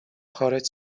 خارج